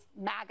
MAGA